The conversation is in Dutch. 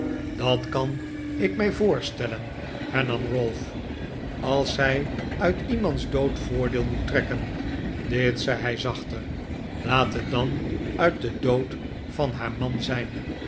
dat kan ik mij voorstellen hernam ralph als zij uit iemands dood voordeel moet trekken dit zei hij zachter laat het dan uit den dood van haar man zijn